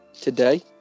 today